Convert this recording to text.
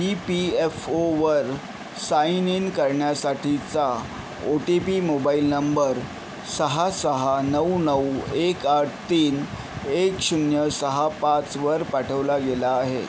E P F ओवर sign in करण्यासाठीचा O T P mobile number सहा सहा नऊ नऊ एक आठ तीन एक शून्य सहा पाचवर पाठवला गेला आहे